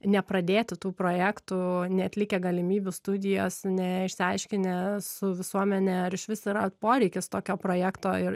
nepradėti tų projektų neatlikę galimybių studijos neišsiaiškinę su visuomene ar išvis yra poreikis tokio projekto ir